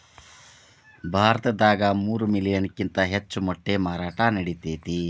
ಭಾರತದಾಗ ಮೂರ ಮಿಲಿಯನ್ ಕಿಂತ ಹೆಚ್ಚ ಮೊಟ್ಟಿ ಮಾರಾಟಾ ನಡಿತೆತಿ